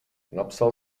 napsal